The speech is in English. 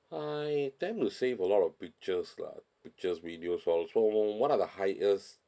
I tend to save a lot of pictures lah pictures videos what are the highest